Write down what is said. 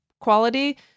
quality